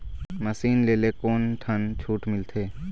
Machine ले ले कोन ठन छूट मिलथे?